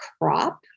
crop